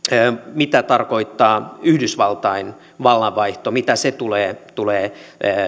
mitä tarkoittaa yhdysvaltain vallanvaihto mitä se tulee tulee